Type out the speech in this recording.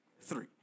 Three